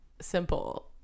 simple